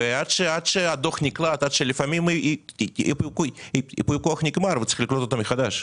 עד שהדוח נקלט לפעמים ייפוי הכוח נגמר וצריך לקלוט אותו מחדש,